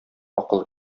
акылы